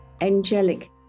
angelic